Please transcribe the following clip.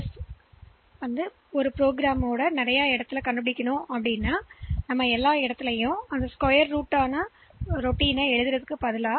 எனவேசெய்வதற்குநாம் என்ன செய்கிறோம் ஒவ்வொரு இடத்திலும் அந்த ஸ்கொயர் ரூட் வழக்கத்தை மீண்டும்பதிலாக